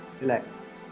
relax